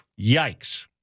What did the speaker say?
Yikes